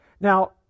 Now